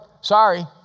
sorry